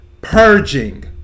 Purging